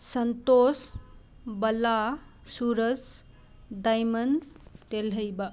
ꯁꯟꯇꯣꯁ ꯕꯂꯥ ꯁꯨꯔꯁ ꯗꯥꯏꯃꯟ ꯇꯦꯜꯍꯩꯕ